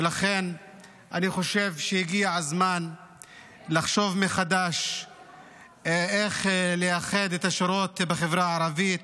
ולכן אני חושב שהגיע הזמן לחשוב מחדש איך לאחד את השורות בחברה הערבית,